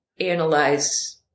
analyze